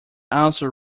also